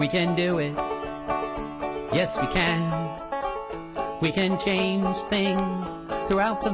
we can do it yes we can we can change things throughout the